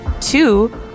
Two